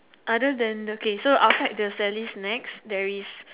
other than okay so outside the Sally's snacks there is